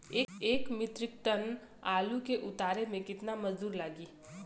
एक metric ton आलू के उतारे मे कितना मजदूर लागि?